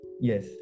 Yes